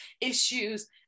issues